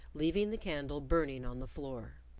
leaving the candle burning on the floor.